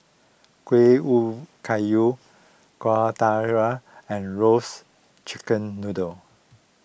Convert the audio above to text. Kueh Kayu Kueh Dadar and Roasted Chicken Noodle